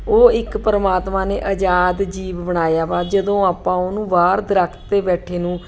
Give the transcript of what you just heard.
ਉਹ ਇੱਕ ਪਰਮਾਤਮਾ ਨੇ ਆਜ਼ਾਦ ਜੀਵ ਬਣਾਇਆ ਵਾ ਜਦੋਂ ਆਪਾਂ ਉਹਨੂੰ ਬਾਹਰ ਦਰੱਖ਼ਤ 'ਤੇ ਬੈਠੇ ਨੂੰ